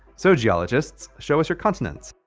so, geologists, show us your continents.